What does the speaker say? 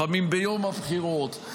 לפעמים ביום הבחירות,